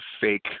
fake